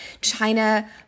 China